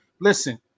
listen